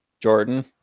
Jordan